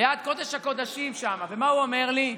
ליד קודש-הקודשים שם, מה הוא אומר לי?